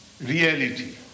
reality